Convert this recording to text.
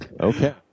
Okay